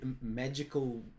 magical